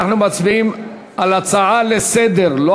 אנחנו מצביעים על הצעה לסדר-היום,